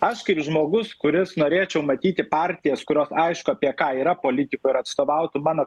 aš kaip žmogus kuris norėčiau matyti partijos kurios aišku apie ką yra politika ir atstovautų mano